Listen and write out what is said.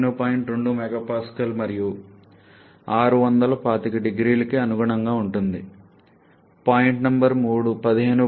2 MPa మరియు 625 0Cకి అనుగుణంగా ఉంటుంది పాయింట్ నంబర్ 3 15